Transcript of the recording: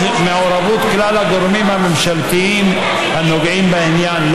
מעורבות כלל הגורמים הממשלתיים הנוגעים בעניין.